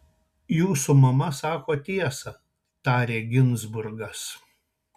jūsų mama sako tiesą tarė ginzburgas